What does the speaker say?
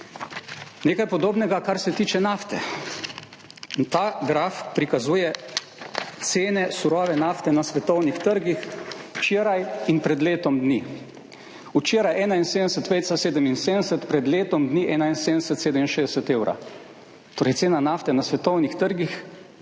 Nekaj podobnega, kar se tiče nafte in ta graf prikazuje cene surove nafte na svetovnih trgih včeraj in pred letom dni. Včeraj 71,77, pred letom dni 71,67 evra, torej, cena nafte na svetovnih trgih